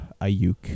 Ayuk